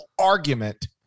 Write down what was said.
argument